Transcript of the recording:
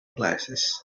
glasses